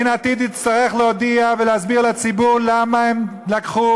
אין עתיד תצטרך להודיע ולהסביר לציבור למה הם לקחו